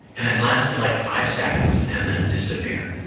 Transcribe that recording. and it lasted like five seconds and then disappeared.